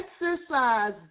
exercise